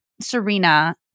Serena